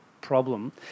problem